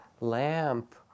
lamp